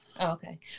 Okay